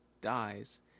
dies